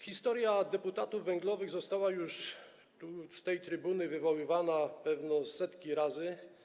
Historia deputatów węglowych była już tu, z tej trybuny, wywoływana pewno setki razy.